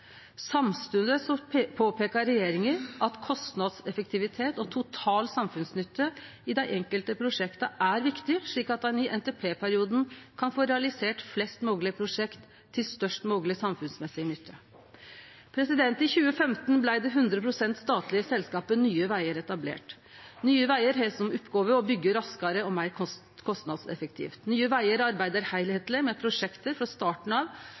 Samstundes påpeikar regjeringa at kostnadseffektivitet og total samfunnsnytte i dei enkelte prosjekta er viktig, slik at ein i NTP-perioden kan få realisert flest moglege prosjekt til størst mogleg samfunnsnytte. I 2015 blei det 100 pst. statlege selskapet Nye Vegar etablert. Nye Vegar har som oppgåve å byggje raskare og meir kostnadseffektivt. Nye Vegar arbeider heilskapleg med prosjekt frå starten av,